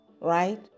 Right